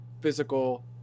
Physical